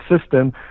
system